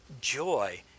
joy